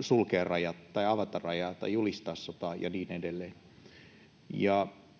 sulkea rajat tai avata rajat tai julistaa sodan ja niin edelleen.